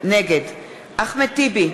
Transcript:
נגד אחמד טיבי,